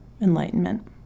enlightenment